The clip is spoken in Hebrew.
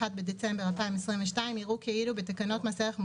בדצמבר 2022) יראו כאילו בתקנות מס ערך מוסף,